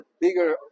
bigger